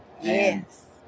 Yes